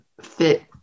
fit